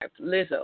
Lizzo